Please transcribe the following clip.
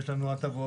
יש לנו הטבות,